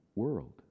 world